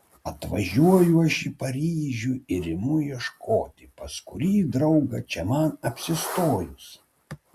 atvažiuoju aš į paryžių ir imu ieškoti pas kurį draugą čia man apsistojus